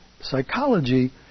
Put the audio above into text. Psychology